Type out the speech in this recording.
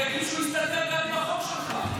הוא יגיד שהוא יסתדר גם עם החוק שלך.